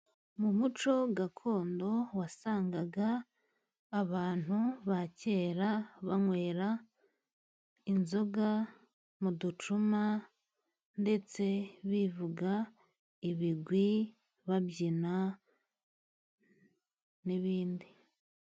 Mu muco gakondo wasangaga abantu ba kera banywera inzoga mu ducuma ndetse bivuga ibigwi, babyina n'ibindi.